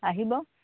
আহিব